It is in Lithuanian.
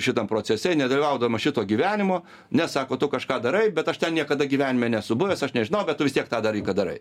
šitam procese nedalyvaudamas šito gyvenimo ne sako tu kažką darai bet aš ten niekada gyvenime nesu buvęs aš nežinau bet tu vis tiek tą dalyką darai